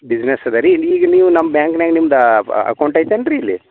business ಇದೆ ರೀ ಈಗ ನೀವು ನಮ್ಮ ಬ್ಯಾಂಕ್ನಾಗೆ ನಿಮ್ದು ಅಕೌಂಟ್ ಐತನ್ ರೀ ಇಲ್ಲಿ